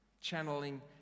channeling